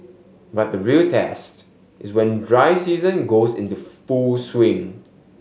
but the real test is when dry season goes into full swing